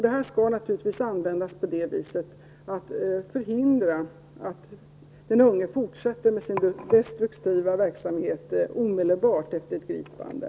Detta skall naturligtvis användas för att förhindra att den unge fortsätter med sin destruktiva verksamhet omedelbart efter ett gripande.